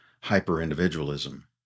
hyper-individualism